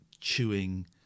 chewing